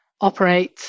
operate